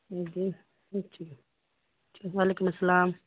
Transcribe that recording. و علیکم السلام